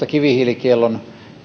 kivihiilikiellon